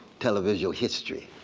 television history.